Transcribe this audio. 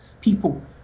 people